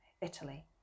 Italy